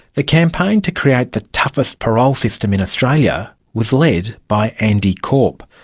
the campaign to create the toughest parole system in australia was led by andy corp.